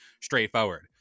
straightforward